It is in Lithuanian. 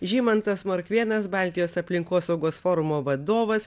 žymantas morkvėnas baltijos aplinkosaugos forumo vadovas